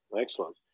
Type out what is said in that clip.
excellent